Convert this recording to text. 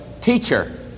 teacher